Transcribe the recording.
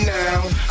now